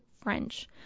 French